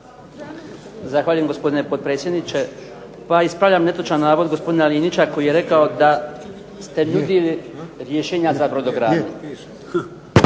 Zahvaljujem gospodine potpredsjedniče. Pa ispravljam netočan navoda gospodina Linića koji je rekao da ste nudili rješenja za brodogradnju.